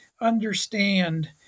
understand